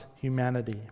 humanity